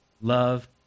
love